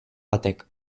batek